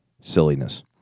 Silliness